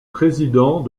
président